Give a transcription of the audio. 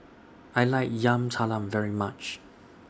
I like Yam Talam very much